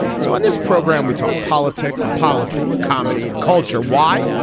so on this program, we talk politics and policy in comedy and culture. why?